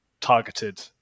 targeted